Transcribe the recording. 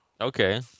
Okay